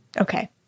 Okay